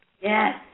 Yes